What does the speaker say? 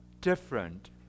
different